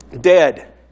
dead